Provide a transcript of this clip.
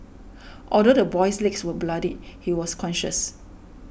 although the boy's legs were bloodied he was conscious